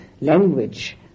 language